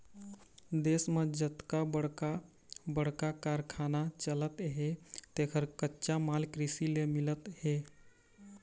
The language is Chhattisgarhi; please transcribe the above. देश म जतका बड़का बड़का कारखाना चलत हे तेखर कच्चा माल कृषि ले मिलत हे